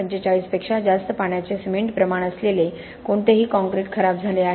45 पेक्षा जास्त पाण्याचे सिमेंट प्रमाण असलेले कोणतेही काँक्रीट खराब झाले आहे